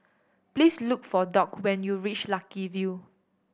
please look for Doc when you reach Lucky View